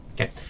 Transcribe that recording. Okay